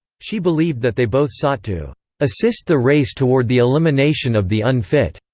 she believed that they both sought to assist the race toward the elimination of the unfit.